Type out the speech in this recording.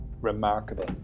remarkable